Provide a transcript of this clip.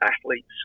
athletes